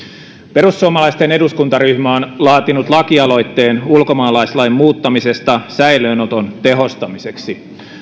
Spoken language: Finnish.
perussuomalaisten eduskuntaryhmä on laatinut lakialoitteen ulkomaalaislain muuttamisesta säilöönoton tehostamiseksi